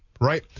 Right